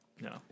No